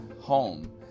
home